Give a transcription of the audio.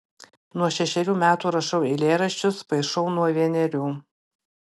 nuo šešerių metų rašau eilėraščius paišau nuo vienerių